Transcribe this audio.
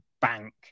bank